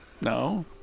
No